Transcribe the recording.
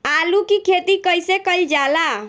आलू की खेती कइसे कइल जाला?